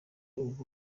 ubu